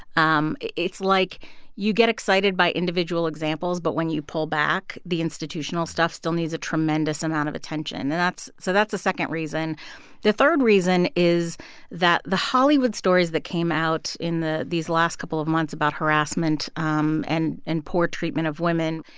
um it's like you get excited by individual examples, but when you pull back, the institutional stuff still needs a tremendous amount of attention. and so that's a second reason the third reason is that the hollywood stories that came out in these last couple of months about harassment um and and poor treatment of women,